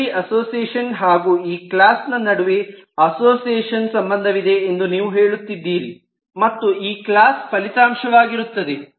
binary association ಹಾಗೂ ಈ class ನ ನಡುವೆ ಅಸೋಸಿಯೇಷನ್ ಸಂಬಂಧವಿದೆ ಎಂದು ನೀವು ಹೇಳುತ್ತಿದ್ದೀರಿ ಮತ್ತು ಈ ಕ್ಲಾಸ್ ಫಲಿತಾಂಶವಾಗಿರುತ್ತದೆ